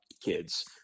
kids